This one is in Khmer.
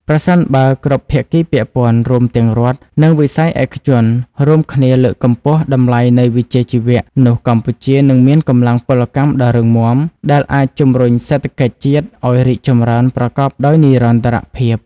ប្រសិនបើគ្រប់ភាគីពាក់ព័ន្ធ រួមទាំងរដ្ឋ និងវិស័យឯកជន រួមគ្នាលើកកម្ពស់តម្លៃនៃវិជ្ជាជីវៈ នោះកម្ពុជានឹងមានកម្លាំងពលកម្មដ៏រឹងមាំ ដែលអាចជម្រុញសេដ្ឋកិច្ចជាតិឱ្យរីកចម្រើនប្រកបដោយនិរន្តរភាព។